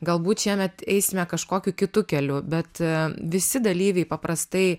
galbūt šiemet eisime kažkokiu kitu keliu bet visi dalyviai paprastai